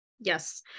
Yes